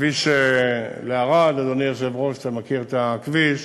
הכביש לערד, אדוני היושב-ראש, אתה מכיר את הכביש,